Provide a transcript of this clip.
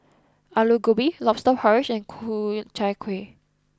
Aloo Gobi Lobster Porridge and Ku Chai Kueh